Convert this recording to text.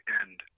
end